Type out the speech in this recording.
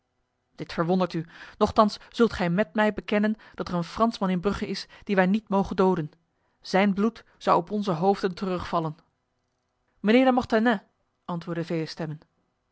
dit verwondert u nochtans zult gij met mij bekennen dat er een fransman in brugge is die wij niet mogen doden zijn bloed zou op onze hoofden terugvallen mijnheer de mortenay antwoordden vele stemmen